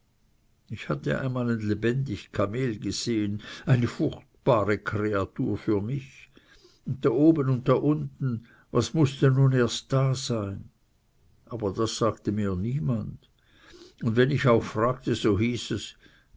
ich hatte einmal ein lebendig kamel gesehen eine furchtbare kreatur für mich und da oben und da unten was mußte nun erst da sein aber das sagte mir niemand und wenn ich auch fragte so hieß es